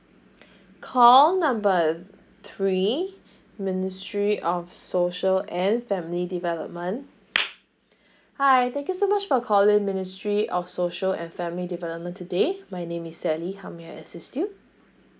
call number three ministry of social and family development hi thank you so much for calling ministry of social and family development today my name is sally how may I assist you